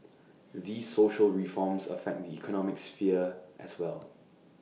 these social reforms affect the economic sphere as well